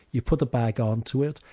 you put the bag onto it,